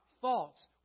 thoughts